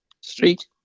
Street